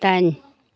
दाइन